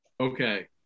Okay